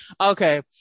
okay